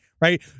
right